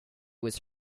was